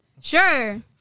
Sure